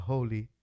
Holy